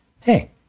Hey